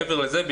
מעבר לזה,